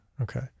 Okay